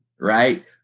right